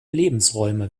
lebensräume